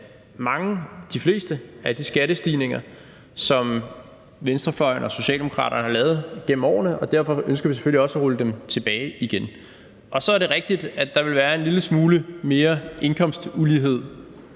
mange – de fleste – af de skattestigninger, som venstrefløjen og Socialdemokraterne har lavet igennem årene, og derfor ønsker vi selvfølgelig også at rulle dem tilbage igen. Så er det rigtigt, at der ville være en lille smule mere indkomstulighed